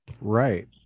Right